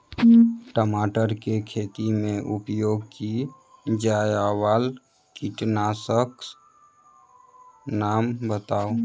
टमाटर केँ खेती मे उपयोग की जायवला कीटनासक कऽ नाम बताऊ?